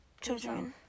children